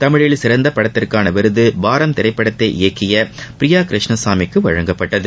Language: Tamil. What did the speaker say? தமிழில் சிறந்த படத்திற்கான விருது பாரம் திரைப்படத்தை இயக்கிய பிரியா கிருஷ்ணசாமிக்கு வழங்கப்பட்டது